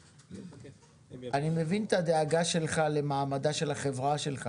אני מבין את הדאגה שלך למעמדה של החברה שלך